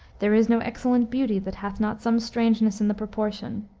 there is no excellent beauty that hath not some strangeness in the proportion.